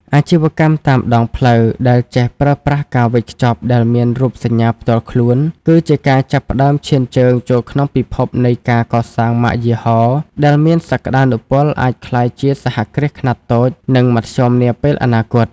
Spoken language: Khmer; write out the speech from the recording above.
អាជីវកម្មតាមដងផ្លូវដែលចេះប្រើប្រាស់ការវេចខ្ចប់ដែលមានរូបសញ្ញាផ្ទាល់ខ្លួន គឺជាការចាប់ផ្ដើមឈានជើងចូលក្នុងពិភពនៃការកសាងម៉ាកយីហោ ដែលមានសក្ដានុពលអាចក្លាយជាសហគ្រាសខ្នាតតូច និងមធ្យមនាពេលអនាគត។